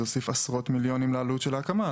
זה הוסיף עשרות מיליונים לעלות של ההקמה.